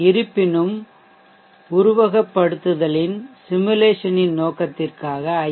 இருப்பினும் சிமுலேசன் உருவகப்படுத்துதலின் நோக்கத்திற்காக ஐ